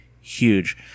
huge